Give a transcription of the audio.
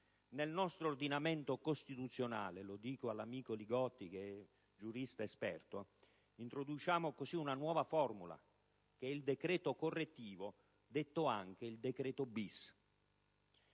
Nel nostro ordinamento costituzionale - lo dico all'amico Li Gotti, che è giurista esperto - introduciamo così una nuova formula: il decreto correttivo, detto anche il decreto-*bis*.